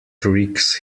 tricks